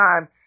time